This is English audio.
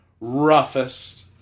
roughest